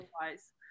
otherwise